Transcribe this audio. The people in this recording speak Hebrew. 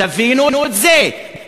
תבינו את זה.